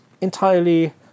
entirely